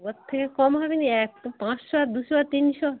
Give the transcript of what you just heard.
ওর থেকে কম হবে না একটু পাঁচশো আর দুশো আর তিনশো